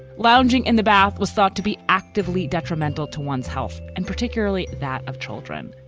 lounging in the bath was thought to be actively detrimental to one's health and particularly that of children.